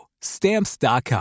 Stamps.com